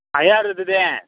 ஐயாரெட்டு தான்